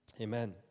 Amen